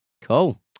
Cool